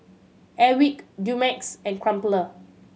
Airwick Dumex and Crumpler